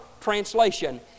Translation